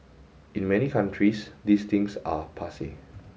in many countries these things are passe